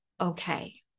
okay